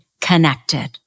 connected